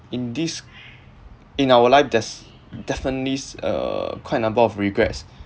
in this in our life there's definitely uh quite a number of regrets